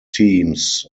teams